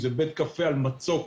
זה בית קפה על מצוק